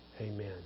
Amen